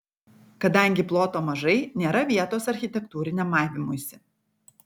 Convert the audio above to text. kadangi ploto mažai nėra vietos architektūriniam maivymuisi